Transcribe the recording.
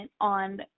on